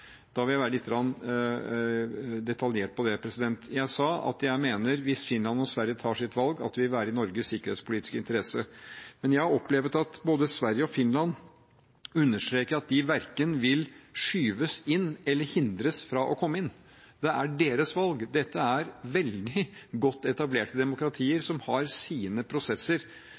Da vil jeg være lite grann detaljert på det. Jeg sa at jeg mener, hvis Finland og Sverige tar sitt valg, at det vil være i Norges sikkerhetspolitiske interesse. Men jeg har opplevd at både Sverige og Finland understreker at de verken vil skyves inn eller hindres fra å komme inn. Det er deres valg. Dette er veldig godt etablerte demokratier, som har sine prosesser,